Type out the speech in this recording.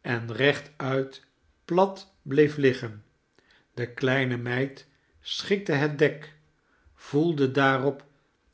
en rechtuit plat bleef liggen de kleine meid schikte het dek voelde daarop